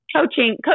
Coaching